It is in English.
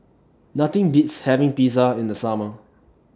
Nothing Beats having Pizza in The Summer